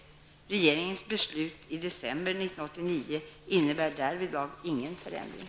Regeringens beslut i december 1989 innebär därvidlag ingen förändring.